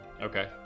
Okay